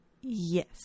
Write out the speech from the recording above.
Yes